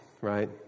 right